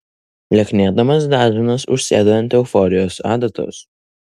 lieknėdamas dažnas užsėda ant euforijos adatos